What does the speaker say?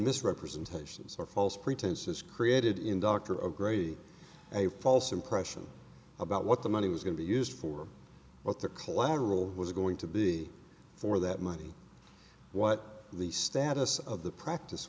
misrepresentations or false pretenses created in dr o'grady a false impression about what the money was going to be used for what the collateral was going to be for that money what the status of the practice